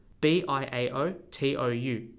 B-I-A-O-T-O-U